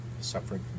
suffering